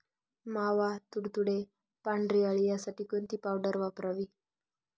मावा, तुडतुडे, पांढरी अळी यासाठी कोणती पावडर वापरावी?